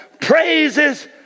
praises